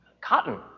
Cotton